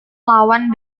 lawan